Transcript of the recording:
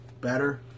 better